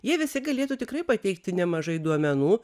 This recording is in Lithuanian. jie visi galėtų tikrai pateikti nemažai duomenų